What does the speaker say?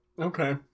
okay